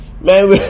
man